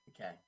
okay